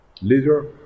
leader